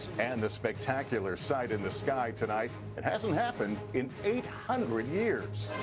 and the spectacular sight in the sky tonight that hasn't happened in eight hundred years.